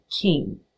king